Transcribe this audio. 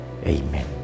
amen